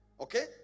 okay